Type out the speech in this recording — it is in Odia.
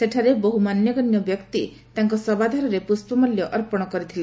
ସେଠାରେ ବଡୁ ମାନ୍ୟଗଣ୍ୟ ବ୍ୟକ୍ତି ତାଙ୍କ ଶବାଧାରରେ ପୁଷ୍ଟମାଲ୍ୟ ଅର୍ପଣ କରିଥିଲେ